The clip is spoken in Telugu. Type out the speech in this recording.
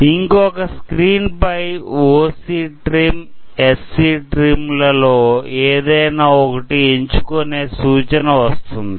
ఇంకొక స్క్రీన్ పై OC trim SC trim ల లో ఏదైనా ఒకటి ఎంచు కొనే సూచన వస్తుంది